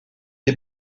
est